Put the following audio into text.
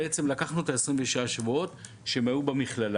לקחנו את 26 השבועות כשהם היו במכללה,